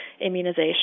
immunization